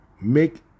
make